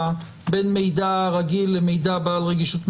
בין מידע רגיל למידע בעל רגישות מיוחדת.